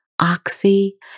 oxy